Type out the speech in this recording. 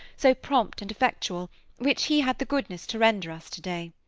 so prompt and effectual which he had the goodness to render us today.